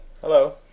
Hello